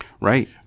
Right